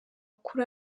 kuri